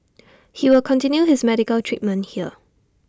he will continue his medical treatment here